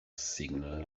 signal